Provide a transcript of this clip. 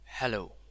Hello